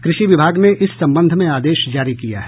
कृषि विभाग ने इस संबंध में आदेश जारी किया है